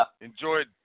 enjoyed